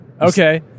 Okay